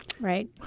Right